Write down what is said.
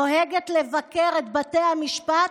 נוהגת לבקר את בתי המשפט,